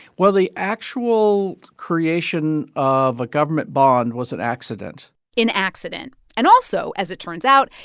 well, the actual creation of a government bond was an accident an accident and also, as it turns out,